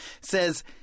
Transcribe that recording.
says